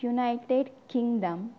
United Kingdom